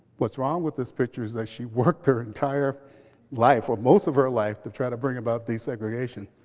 what's wrong with this picture is that she worked her entire life or most of her life to try to bring about desegregation.